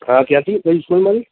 હા ક્યાંથી કઈ સ્કૂલમાંથી